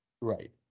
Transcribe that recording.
Right